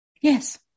Yes